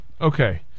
Okay